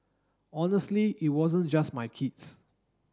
honestly it wasn't just my kids